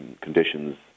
conditions